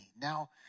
now